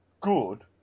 good